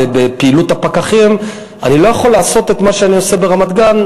בפעילות הפקחים אני לא יכול לעשות באריאל את מה שאני עושה ברמת-גן,